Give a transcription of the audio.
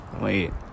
Wait